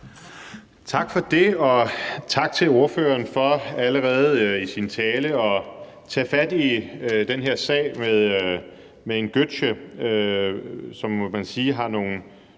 Tak for det. Og tak til ordføreren for allerede i sin tale at tage fat i den her sag med en Gökce, som man må sige har nogle